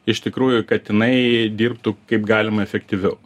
iš tikrųjų kad jinai dirbtų kaip galima efektyviau